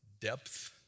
depth